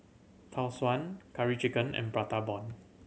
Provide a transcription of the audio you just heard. Tau Suan Curry Chicken and Prata Bomb